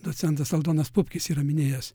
docentas aldonas pupkis yra minėjęs